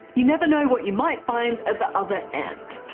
you never know what you might find at the other end.